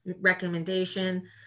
recommendation